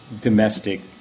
domestic